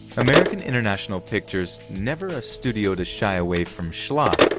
american international pictures, never a studio to shy away from schlock,